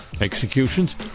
executions